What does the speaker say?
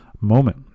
moment